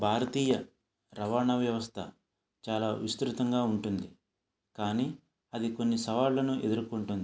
భారతీయ రవాణా వ్యవస్థ చాలా విస్తృతంగా ఉంటుంది కానీ అది కొన్ని సవాళ్ళను ఎదుర్కొంటుంది